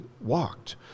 walked